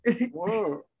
Whoa